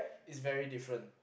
is very different